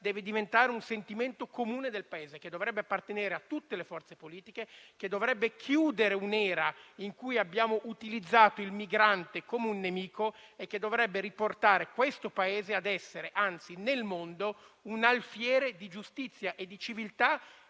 deve diventare un sentimento comune del Paese, che dovrebbe appartenere a tutte le forze politiche e chiudere un'era in cui abbiamo utilizzato il migrante come un nemico; un sentimento che dovrebbe riportare questo Paese ad essere nel mondo un alfiere di giustizia, civiltà,